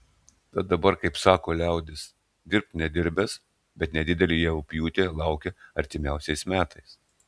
tad dabar kaip sako liaudis dirbk nedirbęs bet nedidelė javapjūtė laukia artimiausiais metais